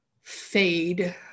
fade